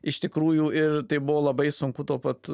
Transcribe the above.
iš tikrųjų ir tai buvo labai sunku tuo pat